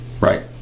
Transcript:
Right